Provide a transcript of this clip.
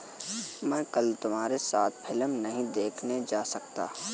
मैं कल तुम्हारे साथ फिल्म नहीं देखने जा सकता